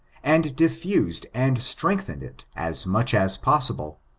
and diffused and strengthened it as much as possible,